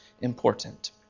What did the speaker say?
important